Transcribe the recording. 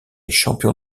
champion